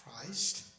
Christ